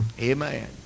Amen